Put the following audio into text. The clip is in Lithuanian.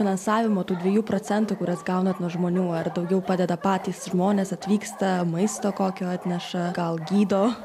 finansavimo tų dviejų procentų kuriuos gaunat nuo žmonių ar daugiau padeda patys žmonės atvyksta maisto kokio atneša gal gydo